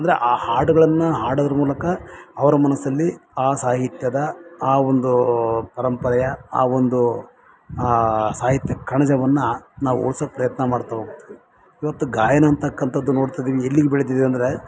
ಅಂದರೆ ಆ ಹಾಡುಗಳನ್ನು ಹಾಡೋದ್ರ ಮೂಲಕ ಅವ್ರ ಮನಸಲ್ಲಿ ಆ ಸಾಹಿತ್ಯದ ಆವೊಂದೂ ಪರಂಪರೆಯ ಆ ಒಂದು ಸಾಹಿತ್ಯ ಕಣಜವನ್ನು ನಾವು ಉಳಿಸೋಕ್ಕೆ ಪ್ರಯತ್ನ ಮಾಡ್ತಾ ಹೋಗ್ತೀವಿ ಇವತ್ತು ಗಾಯನ ಅಂತಕಂಥದ್ದು ನೋಡ್ತಿದ್ದೀವಿ ಎಲ್ಲಿಗೆ ಬೆಳೆದಿದೆ ಅಂದರೆ